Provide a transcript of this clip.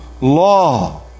law